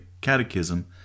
Catechism